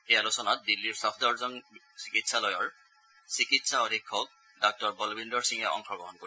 এই আলোচনাত দিল্লীৰ ছফদৰজং চিকিৎসালয়ৰ চিকিৎসা অধীক্ষক ডাঃ বলবিন্দৰ সিঙে অংশগ্ৰহণ কৰিব